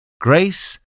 grace